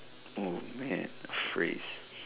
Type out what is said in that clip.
oh man a phrase